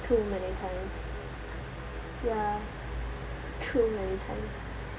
too many times ya too many times